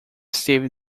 esteve